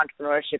entrepreneurship